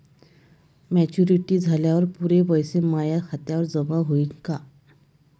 Maturity झाल्यावर पुरे पैसे माया खात्यावर जमा होईन का?